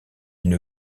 une